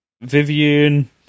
Vivian